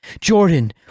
Jordan